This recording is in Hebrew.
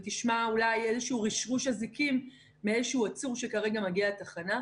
תשמע אולי איזשהו רשרוש אזיקים מאיזשהו עצור שכרגע מגיע לתחנה.